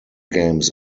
games